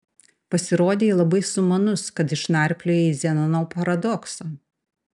pasirodei labai sumanus kad išnarpliojai zenono paradoksą